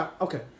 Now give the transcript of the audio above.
okay